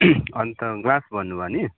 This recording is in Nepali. अन्त ग्लास भन्नुभयो नि